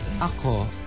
Ako